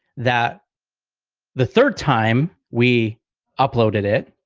that the third time we uploaded it